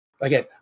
again